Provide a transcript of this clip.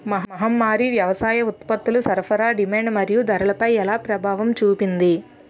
మహమ్మారి వ్యవసాయ ఉత్పత్తుల సరఫరా డిమాండ్ మరియు ధరలపై ఎలా ప్రభావం చూపింది?